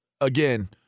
again